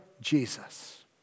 Jesus